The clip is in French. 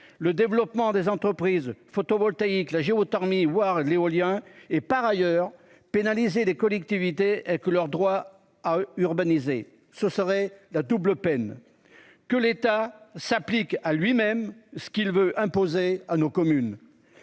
le développement des entreprises photovoltaïque, la géothermie, l'éolien et par ailleurs pénalisé des collectivités que leurs droits à urbaniser. Ce serait la double peine. Que l'État s'applique à lui-même ce qu'il veut imposer à nos communes.